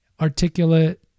articulate